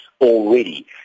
already